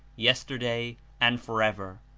yesterday and forever.